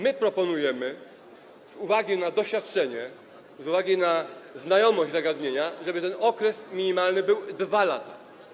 My proponujemy z uwagi na doświadczenie, z uwagi na znajomość zagadnienia, żeby ten okres minimalny to były 2 lata.